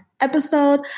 episode